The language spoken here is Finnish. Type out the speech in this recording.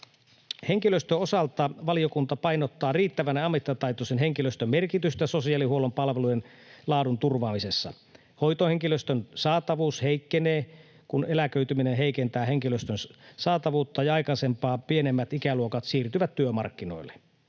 Henkilöstön osalta valiokunta painottaa riittävän ammattitaitoisen henkilöstön merkitystä sosiaalihuollon palvelujen laadun turvaamisessa. Hoitohenkilöstön saatavuus heikkenee, kun eläköityminen heikentää henkilöstön saatavuutta ja aikaisempaa pienemmät ikäluokat siirtyvät työmarkkinoille.